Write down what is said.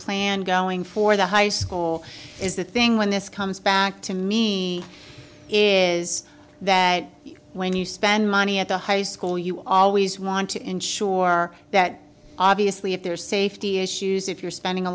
plan going for the high school is the thing when this comes back to me is that when you spend money at the high school you always want to ensure that obviously if there's safety issues if you're spending a